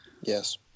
Yes